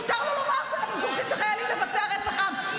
מותר לו לומר שאנחנו שולחים את החיילים לבצע רצח עם.